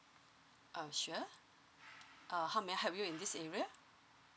mm sure uh how may I help you in this area